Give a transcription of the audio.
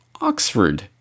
Oxford